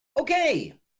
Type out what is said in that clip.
Okay